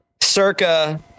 circa